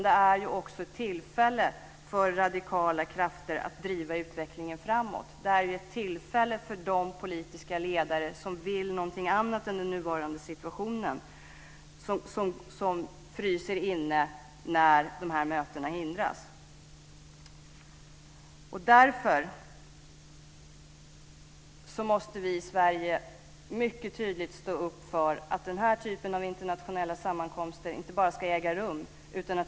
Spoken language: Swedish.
Det är också ett tillfälle för radikala krafter att driva utvecklingen framåt. Det är ett tillfälle för de politiska ledare som vill ha något annat än den nuvarande situationen som fryser inne när mötena hindras. Därför måste vi i Sverige mycket tydligt stå upp för att den typen av internationella sammankomster inte bara ska äga rum.